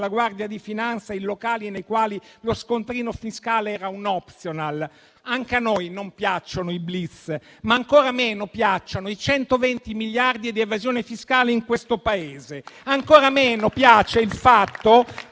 della Guardia di finanza in locali nei quali lo scontrino fiscale era un *optional.* Anche noi non piacciono i *blitz,* ma ancora meno ci piacciono i 120 miliardi di evasione fiscale in questo Paese. Ancora meno ci piace il fatto